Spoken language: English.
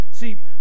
See